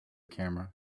camera